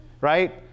right